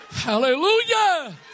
Hallelujah